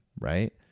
Right